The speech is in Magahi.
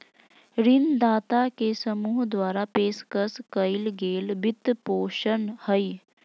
ऋणदाता के समूह द्वारा पेशकश कइल गेल वित्तपोषण हइ